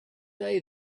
day